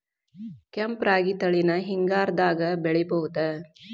ಕೆಂಪ ರಾಗಿ ತಳಿನ ಹಿಂಗಾರದಾಗ ಬೆಳಿಬಹುದ?